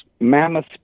mammoth